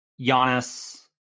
Giannis